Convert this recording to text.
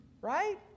right